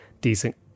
decent